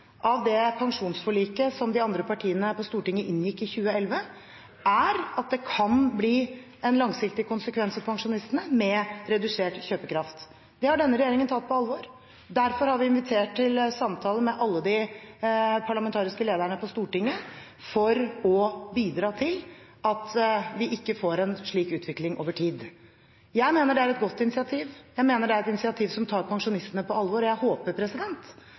av det pensjonsforliket som de andre partiene her på Stortinget inngikk i 2011, er at det kan bli en langsiktig konsekvens for pensjonistene med redusert kjøpekraft. Det har denne regjeringen tatt på alvor. Derfor har vi invitert til samtaler med alle de parlamentariske lederne på Stortinget for å bidra til at vi ikke får en slik utvikling over tid. Jeg mener det er et godt initiativ. Jeg mener det er et initiativ som tar pensjonistene på alvor, og jeg håper